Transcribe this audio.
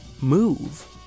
Move